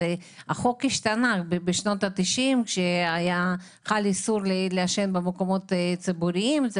החוק השתנה בשנות ה-90 כשחל איסור לעשן במקומות ציבוריים.